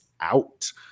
out